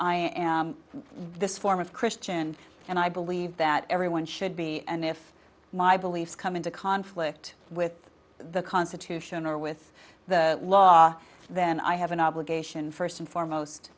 i am this form of christian and i believe that everyone should be and if my beliefs come into conflict with the constitution or with the law then i have an obligation first and foremost